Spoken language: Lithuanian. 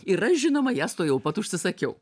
ir aš žinoma jas tuojau pat užsisakiau